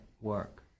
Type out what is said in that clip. work